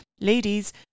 ladies